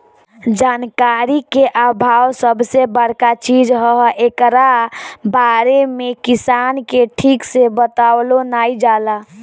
जानकारी के आभाव सबसे बड़का चीज हअ, एकरा बारे में किसान के ठीक से बतवलो नाइ जाला